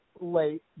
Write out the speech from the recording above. late